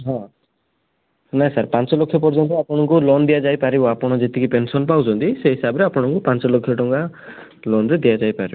ହଁ ନାହିଁ ସାର୍ ପାଞ୍ଚ ଲକ୍ଷ ପର୍ଯ୍ୟନ୍ତ ଆପଣଙ୍କୁ ଲୋନ ଦିଆ ଯାଇପାରିବ ଆପଣ ଯେତିକି ପେନସନ ପାଉଛନ୍ତି ସେହି ହିସାବରେ ଆପଣଙ୍କୁ ପାଞ୍ଚ ଲକ୍ଷ ଟଙ୍କା ଲୋନରେ ଦିଆ ଯାଇପାରିବ